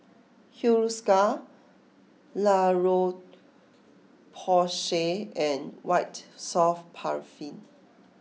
Hiruscar La Roche Porsay and White Soft Paraffin